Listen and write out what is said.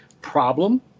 Problem